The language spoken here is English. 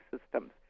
systems